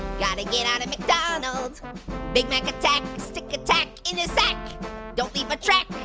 gotta get out of mcdonald's big mac attack stick attack in the sack don't leave a track,